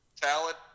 talent